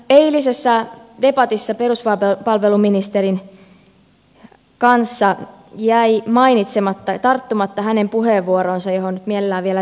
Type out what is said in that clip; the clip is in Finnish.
eilisessä debatissa peruspalveluministerin kanssa jäi tarttumatta hänen puheenvuoroonsa johon nyt mielellään vielä viittaisin